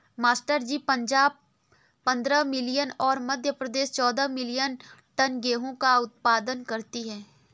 master ji Punjab पंद्रह million और मध्य प्रदेश चौदह मिलीयन टन गेहूं का उत्पादन करती है